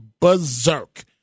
berserk